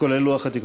לא נתקבלה.